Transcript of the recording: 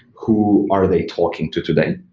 who are they talking to today?